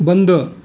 बंद